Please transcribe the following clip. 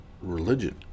religion